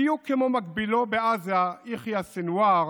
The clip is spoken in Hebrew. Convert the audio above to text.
בדיוק כמו מקבילו בעזה יחיא סנוואר,